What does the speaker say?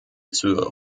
zur